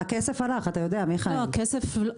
מיכאל, אתה יודע שהכסף הלך.